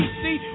see